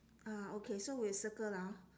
ah okay so we'll circle lah